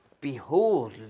Behold